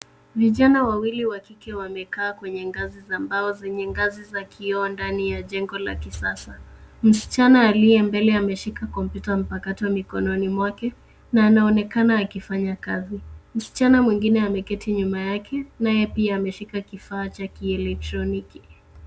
Vijana wawili wa kike wamekaa kwenye ngazi za mbao zenye ngazi za kioo ndani ya jengo la kisasa. Msichana aliye mbele ameshika kompyuta mpakato mikononi mwake na anaonekana akifanya kazi. Msichana mwingine ameketi nyuma yake naye pia ameshika kifaa cha kielektroniki.